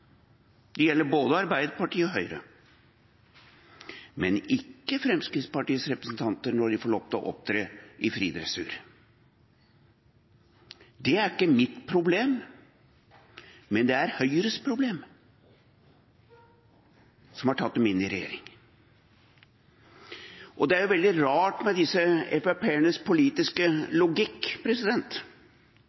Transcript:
Det gjelder både Arbeiderpartiet og Høyre, men ikke Fremskrittspartiets representanter når de får lov til å opptre i fri dressur. Dét er ikke mitt problem, men det er Høyres problem, som har tatt dem inn i regjering. Det er veldig rart med disse Frp-ernes politiske logikk,